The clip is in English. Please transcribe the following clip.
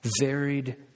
varied